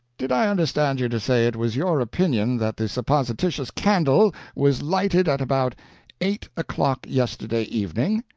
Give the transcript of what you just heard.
did i understand you to say it was your opinion that the supposititious candle was lighted at about eight o'clock yesterday evening?